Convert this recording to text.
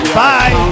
bye